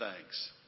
thanks